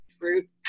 Fruit